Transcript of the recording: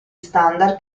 standard